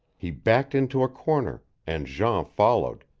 he backed into a corner, and jean followed,